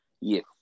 yes